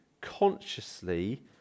consciously